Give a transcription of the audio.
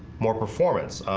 more performance.